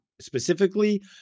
specifically